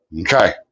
Okay